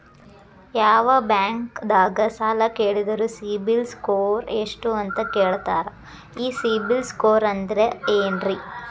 ಯಾವ ಬ್ಯಾಂಕ್ ದಾಗ ಸಾಲ ಕೇಳಿದರು ಸಿಬಿಲ್ ಸ್ಕೋರ್ ಎಷ್ಟು ಅಂತ ಕೇಳತಾರ, ಈ ಸಿಬಿಲ್ ಸ್ಕೋರ್ ಅಂದ್ರೆ ಏನ್ರಿ?